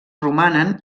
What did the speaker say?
romanen